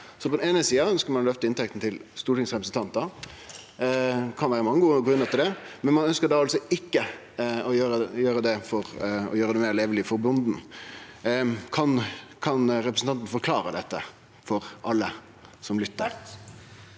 På den eine sida ønskjer ein å løfte inntekta til stortingsrepresentantar – og det kan vere mange gode grunnar til det – men ein ønskjer altså ikkje å gjere det meir leveleg for bonden. Kan representanten forklare dette for alle som lyttar?